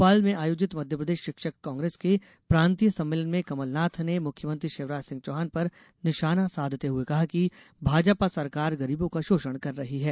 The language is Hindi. भोपाल में आयोजित मध्यप्रदेश शिक्षक कांग्रेस के प्रांतीय सम्मेलन में कमलनाथ ने मुख्यमंत्री शिवराज सिंह चौहान पर निशाना साधते हुए कहा कि भाजपा सरकार गरीबों का शोषण कर रही है